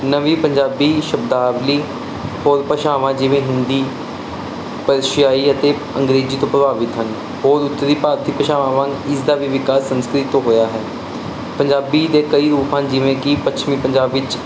ਨਵੀਂ ਪੰਜਾਬੀ ਸ਼ਬਦਾਵਲੀ ਹੋਰ ਭਾਸ਼ਾਵਾਂ ਜਿਵੇਂ ਹਿੰਦੀ ਪਲਸ਼ੀਆਈ ਅਤੇ ਅੰਗਰੇਜ਼ੀ ਤੋਂ ਪ੍ਰਭਾਵਿਤ ਹਨ ਹੋਰ ਉੱਤਰੀ ਭਾਰਤੀ ਭਾਸ਼ਾਵਾਂ ਇਸ ਦਾ ਵੀ ਵਿਕਾਸ ਸੰਸਕ੍ਰਿਤ ਹੋਇਆ ਹੈ ਪੰਜਾਬੀ ਦੇ ਕਈ ਰੂਪਾਂ ਜਿਵੇਂ ਕੀ ਪੱਛਮੀ ਪੰਜਾਬੀ ਵਿੱਚ